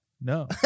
No